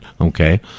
okay